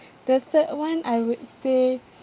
the third one I would say